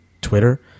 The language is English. Twitter